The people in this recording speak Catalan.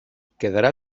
quedarà